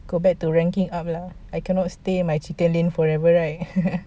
go back to ranking up lah I cannot stay my chicken lane forever right